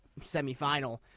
semifinal